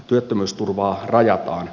työttömyysturvaa rajataan